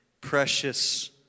precious